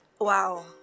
Wow